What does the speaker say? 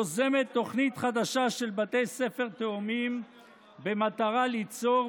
יזמה תוכנית חדשה של בתי ספר תאומים במטרה ליצור,